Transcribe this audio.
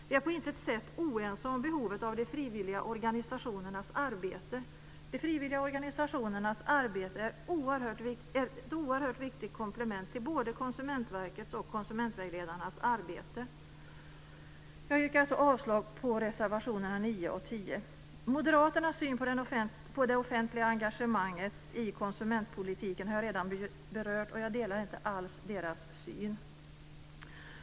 Vi är på intet sätt oense om behovet av de frivilliga organisationernas arbete. Det är ett oerhört viktigt komplement till både Konsumentverkets och konsumentvägledarnas arbete. Jag yrkar avslag på reservationerna 9 och 10 Moderaternas syn på offentliga engagemanget i konsumentpolitiken har jag redan berört, och jag delar inte alls deras syn.